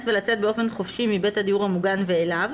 ולצאת באופן חופשי מבית הדיור המוגן ואליו,